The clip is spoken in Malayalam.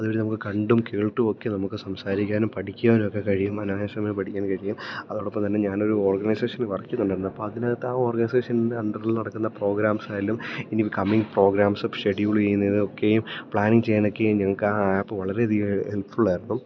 അതുവഴി നമുക്ക് കണ്ടും കേട്ടുമൊക്കെ നമുക്ക് സംസാരിക്കാനും പഠിക്കാനുമൊക്കെ കഴിയും അനയാസമായി പഠിക്കാൻ കഴിയും അതോടൊപ്പം തന്നെ ഞാനൊരു ഓർഗനൈസേഷനില് വർക്ക് ചെയ്യുന്നുണ്ടായിരുന്നു അപ്പോള് അതിനകത്തെ ആ ഓര്ഗൈസേഷന്റെ അണ്ടറിൽ നടക്കുന്ന പ്രോഗ്രാംസായാലും ഇനി കമിങ് പ്രോഗ്രാംസ് ഷെഡ്യൂളെയ്യുന്നതിനൊക്കെയും പ്ലാനിങ് ചെയ്യാനൊക്കെയും ഞങ്ങള്ക്ക് ആപ്പ് വളരെയധികം ഹെപ്ഫുള്ളായിരുന്നു